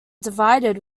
divided